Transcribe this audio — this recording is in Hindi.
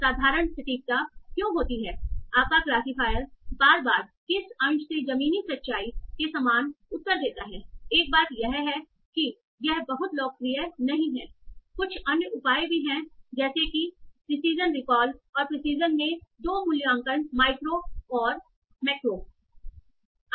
साधारण सटीकता क्यों होती है आपका क्लासिफायर बार बार किस अंश से ज़मीनी सच्चाई के समान उत्तर देता है एक बात यह है कि यह बहुत लोकप्रिय नहीं है कुछ अन्य उपाय भी हैं जैसे कि प्रीसीजन रीकॉल और प्रीसीजन में 2 मूल्यांकन माइक्रो और मैक्रो हैं